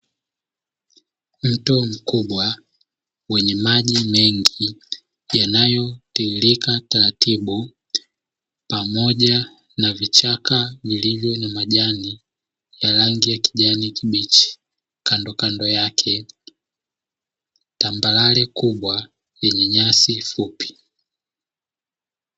Mto mkubwa wenye maji mengi yanayotiririka taratibu pamoja na vichaka vilivyo na majani ya rangi ya kijani kibichi kando kando yake, tambarare kubwa yenye nyasi fupi.